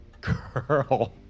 Girl